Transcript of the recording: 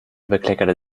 bekleckert